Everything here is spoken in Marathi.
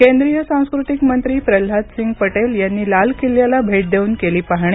केंद्रीय सांस्कृतिक मंत्री प्रल्हाद सिंग पटेल यांनी लाल किल्ल्याला भेट देऊन केली पाहणी